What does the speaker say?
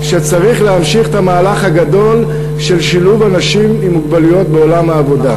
שצריך להמשיך את המהלך הגדול של שילוב אנשים עם מוגבלויות בעולם העבודה.